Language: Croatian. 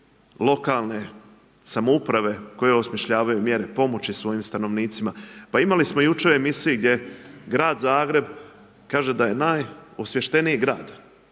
lokalne samouprave koje osmišljavaju mjere pomoći svojim stanovnicima. Pa imali smo jučer u emisiji gdje je grad Zagreb, kaže da je najosvješteniji grad.